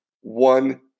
One